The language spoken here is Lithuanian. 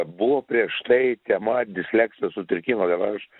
buvo prieš tai tema disleksijos sutrikimo ir aš